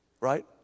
Right